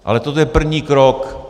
Ale to je první krok.